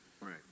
Right